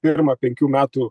pirmą penkių metų